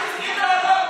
הכול כל ראש עיר,